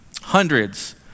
hundreds